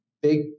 big